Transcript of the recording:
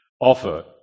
offer